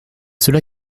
cela